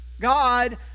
God